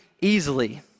easily